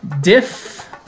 Diff